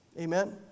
Amen